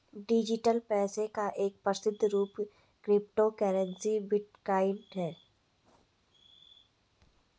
digital पैसे का एक प्रसिद्ध रूप क्रिप्टो करेंसी बिटकॉइन है